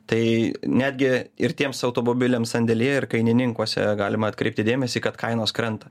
tai netgi ir tiems automobiliams sandėlyje ir kainininkuose galima atkreipti dėmesį kad kainos krenta